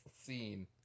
scene